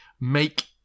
make